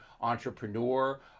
entrepreneur